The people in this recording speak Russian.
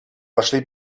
вошли